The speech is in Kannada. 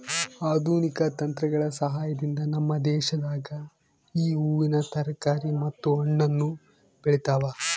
ಆಧುನಿಕ ತಂತ್ರಗಳ ಸಹಾಯದಿಂದ ನಮ್ಮ ದೇಶದಾಗ ಈ ಹೂವಿನ ತರಕಾರಿ ಮತ್ತು ಹಣ್ಣನ್ನು ಬೆಳೆತವ